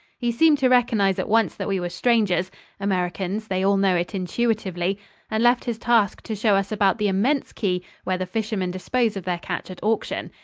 he seemed to recognize at once that we were strangers americans, they all know it intuitively and left his task to show us about the immense quay where the fishermen dispose of their catch at auction.